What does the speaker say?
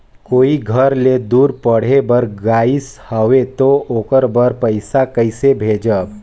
कोई घर ले दूर पढ़े बर गाईस हवे तो ओकर बर पइसा कइसे भेजब?